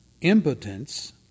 impotence